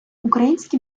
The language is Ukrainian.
українські